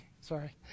Sorry